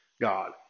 God